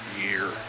year